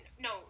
no